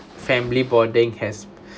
family bonding has